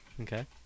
Okay